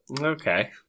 Okay